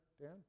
Dan